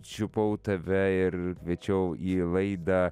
čiupau tave ir kviečiau į laidą